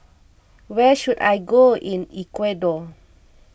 where should I go in Ecuador